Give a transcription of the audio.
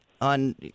on